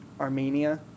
Armenia